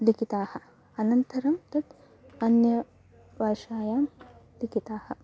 लिखितानि अनन्तरं तानि अन्यभाषायां लिखितानि